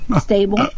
stable